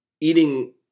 eating